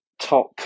top